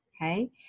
okay